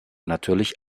natürlich